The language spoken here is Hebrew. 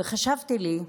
וחשבתי לי: